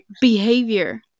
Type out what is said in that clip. behavior